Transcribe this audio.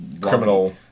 Criminal